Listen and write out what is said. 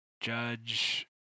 Judge